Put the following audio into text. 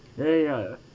ya ya ya ya